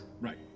Right